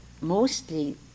mostly